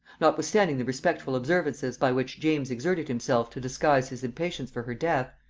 notwithstanding the respectful observances by which james exerted himself to disguise his impatience for her death,